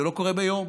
זה לא קורה ביום,